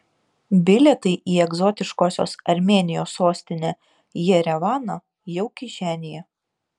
bilietai į egzotiškosios armėnijos sostinę jerevaną jau kišenėje